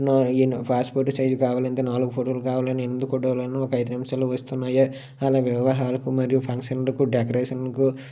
pass photo size కావాలంటే నాలుగు ఫోటోలు కావాలని ఎనిమిది ఫోటోలను ఒక ఐదు నిమిషాల్లో వస్తున్నాయి అలాగే వివాహాలకు మరియు ఫంక్షన్లకు డెకరేషన్కు